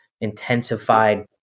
intensified